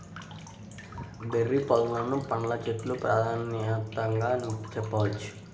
berry పొదలను పండ్ల చెట్లకు ప్రాధాన్యతగా నొక్కి చెప్పవచ్చు